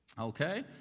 Okay